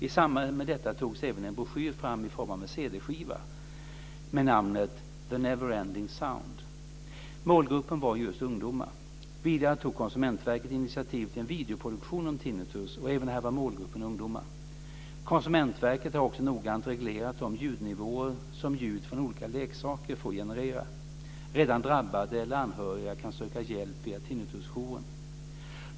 I samband med detta togs även en broschyr i form av en cd fram med namnet The never-ending sound. Målgruppen var just ungdomar. Vidare tog Konsumentverket initiativ till en videoproduktion om tinnitus och även här var målgruppen ungdomar. Konsumentverket har också noggrant reglerat de ljudnivåer som ljud från olika leksaker får generera. Redan drabbade eller anhöriga kan söka hjälp via Tinnitusjouren.